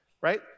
right